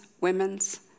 women's